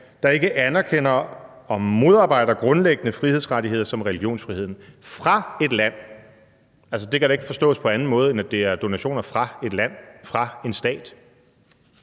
der ikke anerkender og modarbejder grundlæggende frihedsrettigheder som religionsfrihed.« »Fra et land« – det kan da ikke forstås på anden måde, end at det er donationer fra et land, fra en stat.